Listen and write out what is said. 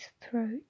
throat